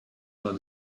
are